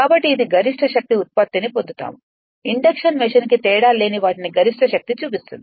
కాబట్టి ఇది గరిష్ట శక్తి ఉత్పత్తిని పొందుతాము ఇండక్షన్ మెషీన్కు తేడా లేని వాటిని గరిష్ట శక్తి చూస్తుంది